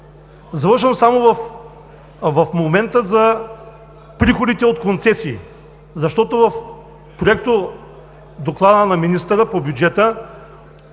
Завършвам за приходите от концесии, защото в Проектодоклада на министъра по бюджета